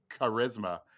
charisma